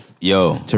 Yo